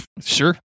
Sure